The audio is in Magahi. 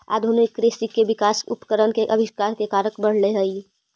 आधुनिक कृषि के विकास उपकरण के आविष्कार के कारण बढ़ले हई